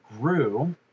grew